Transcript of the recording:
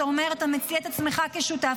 אתה מציע את עצמך כשותף,